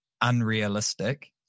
unrealistic